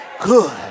good